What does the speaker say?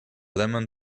lemon